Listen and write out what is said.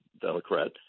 Democrat